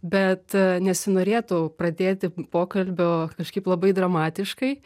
bet nesinorėtų pradėti pokalbio kažkaip labai dramatiškai